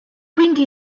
quindi